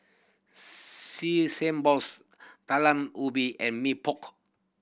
balls Talam Ubi and Mee Pok